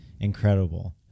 incredible